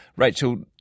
Rachel